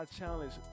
challenge